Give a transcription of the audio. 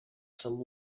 some